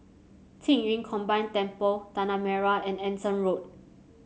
Qing Yun Combine Temple Tanah Merah and Anson Road